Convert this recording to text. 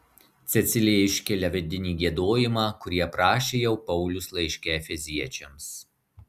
cecilija iškelia vidinį giedojimą kurį aprašė jau paulius laiške efeziečiams